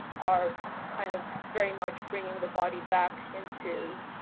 are kind of very much bringing the body back into,